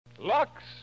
Lux